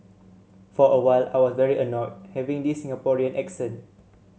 for a while I was very annoyed having this Singaporean accent